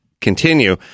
Continue